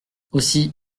aussi